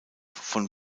von